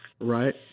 Right